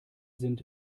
sind